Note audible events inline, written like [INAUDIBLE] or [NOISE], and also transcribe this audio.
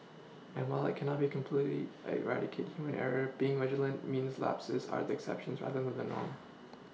and while it cannot be completely eradicate human error being vigilant means lapses are the exceptions rather the than [NOISE] norm